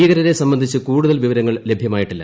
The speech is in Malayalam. ഭീകരരെ സംബന്ധിച്ച് കൂടുതൽ വിവരങ്ങൾ ലഭ്യമായിട്ടില്ല